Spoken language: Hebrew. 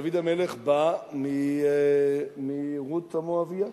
דוד המלך בא מרות המואבייה,